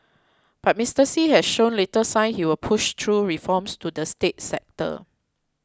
but Mister Xi has shown little sign he will push through reforms to the state sector